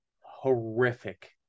horrific